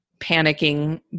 panicking